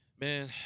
man